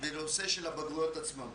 בנושא של הבגרויות עצמן.